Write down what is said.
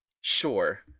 sure